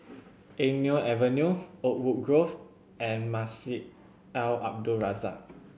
Eng Neo Avenue Oakwood Grove and Masjid Al Abdul Razak